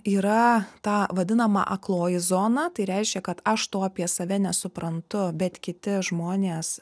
yra ta vadinama akloji zona tai reiškia kad aš to apie save nesuprantu bet kiti žmonės